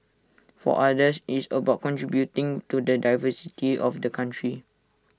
for others IT is about contributing to the diversity of the country